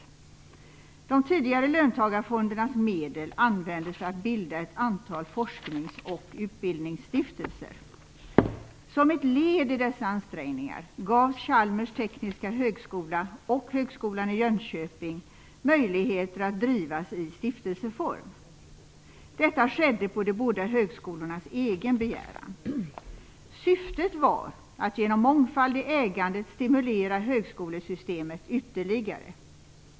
De tidigare löntagarfondernas medel användes för att bilda ett antal forsknings och utbildningsstiftelser. Som ett led i dessa ansträngningar gavs Chalmers tekniska högskola och Högskolan i Jönköping möjligheter att drivas i stiftelseform. Detta skedde på de båda högskolornas egen begäran. Syftet var att genom mångfald i ägandet stimulera högskolesystemet ytterligare.